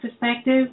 perspective